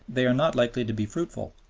they are not likely to be fruitful.